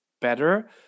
better